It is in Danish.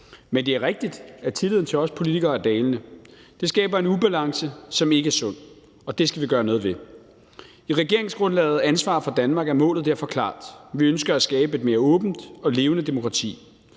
Men det er rigtigt, at tilliden til os politikere er dalende. Det skaber en ubalance, som ikke er sund, og det skal vi gøre noget ved. I regeringsgrundlaget »Ansvar for Danmark« er målet derfor klart. Vi ønsker at skabe et mere åbent og levende demokrati.